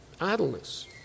Idleness